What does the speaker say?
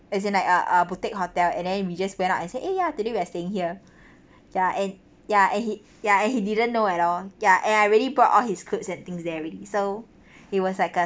as in like a a boutique hotel and then we just went up and say eh ya today we're staying here ya and ya and he ya and he didn't know at all ya and I really brought all his clothes and things there already so he was like uh